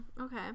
okay